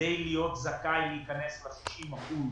שכדי להיות זכאי להיכנס ל-90 אחוזים